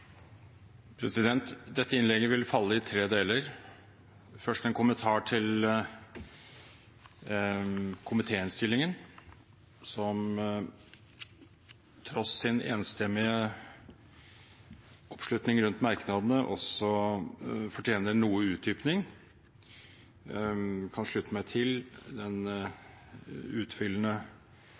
som tross en enstemmig oppslutning rundt merknadene også fortjener noe utdypning. Jeg kan slutte meg til den utfyllende